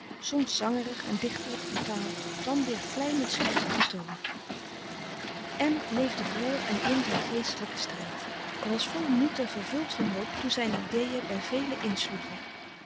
zangerig en dichterlijk van taal dan weer vlijmend scherp van toon m leefde voor en in zijn geestelijken strijd hij was vol moed en vervuld van hoop toen zijne ideen bij velen insloegen